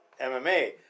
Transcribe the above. MMA